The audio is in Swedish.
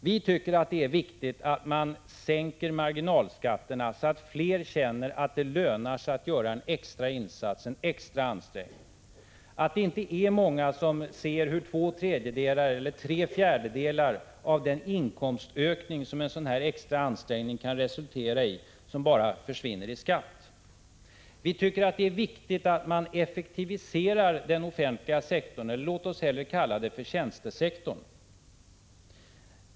Vi tycker att det är viktigt att man sänker marginalskatterna, så att fler känner att det lönar sig att göra en extra insats, en extra ansträngning. Många skall inte behöva se hur två tredjedelar eller tre fjärdedelar av den inkomstökning som en sådan extra ansträngning kan resultera i bara försvinner i skatt. Vi tycker att det är viktigt att man effektiviserar den offentliga sektorn, låt oss hellre kalla den för tjänstesektorn.